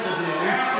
מספיק, אתה מפריע.